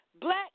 Black